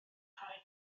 harry